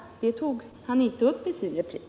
Det tog han inte upp i sin replik.